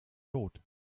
lot